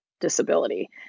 disability